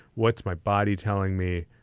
what's my body telling me?